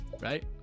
Right